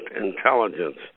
intelligence